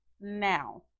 now